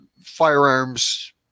firearms